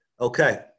Okay